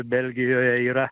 belgijoje yra